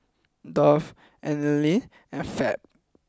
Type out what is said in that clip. Dove Anlene and Fab